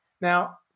Now